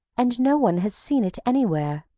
and no one has seen it anywhere.